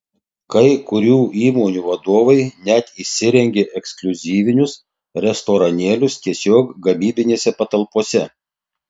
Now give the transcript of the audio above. kai kurių įmonių vadovai net įsirengia ekskliuzyvinius restoranėlius tiesiog gamybinėse patalpose